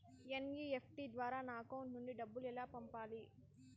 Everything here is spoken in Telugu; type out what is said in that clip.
ఎన్.ఇ.ఎఫ్.టి ద్వారా నా అకౌంట్ నుండి డబ్బులు ఎలా పంపాలి